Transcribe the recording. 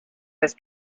his